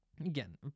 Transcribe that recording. again